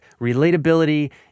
relatability